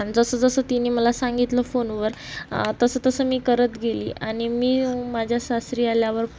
आणि जसंजसं तिनं मला सांगितलं फोनवर तसंतसं मी करत गेली आणि मी माझ्या सासरी आल्यावर